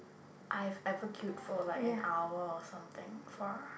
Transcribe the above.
I've ever queued for like an hour or something for